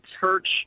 church